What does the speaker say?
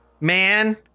man